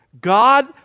God